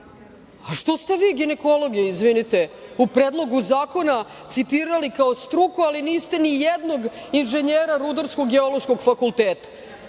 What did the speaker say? A što ste vi ginekologe, izvinite, u Predlogu zakona citirali kao struku ali niste ni jednog inženjera Rudarsko geološkog fakulteta? Nema